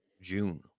June